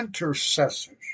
intercessors